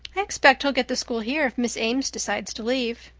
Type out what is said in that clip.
i expect he'll get the school here if miss ames decides to leave.